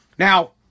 Now